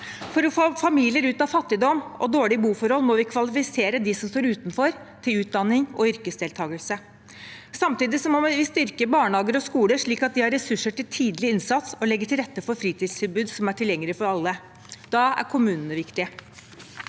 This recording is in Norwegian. For å få familier ut av fattigdom og dårlige boforhold må vi kvalifisere dem som står utenfor, til utdanning og yrkesdeltakelse. Samtidig må vi styrke barnehager og skoler, slik at de har ressurser til tidlig innsats og å legge til rette for fritidstilbud som er tilgjengelige for alle. Da er kommunene viktige.